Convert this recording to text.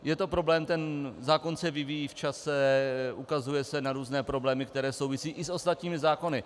Je to problém, ten zákon se vyvíjí v čase, ukazuje se na různé problémy, které souvisejí i s ostatními zákony.